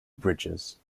bridges